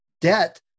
debt